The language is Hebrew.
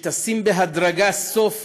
שתשים בהדרגה סוף